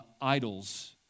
idols